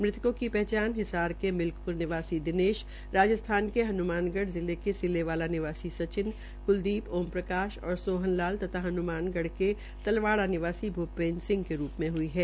मृतकों की पहचान हिसार के मिल्कप्र निवासी दिनेश राजस्थान के हन्मानगढ़ जिले के सिलेवाला निवासी सचिन क्लदीप ओमप्रकाश और सोहनलाल तथा हनमानगढ़ के तलवाड़ा निवासी भूपेन्द्र सिंह के तौर हुई है